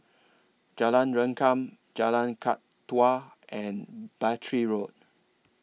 Jalan Rengkam Jalan and Battery Road